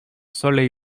soleil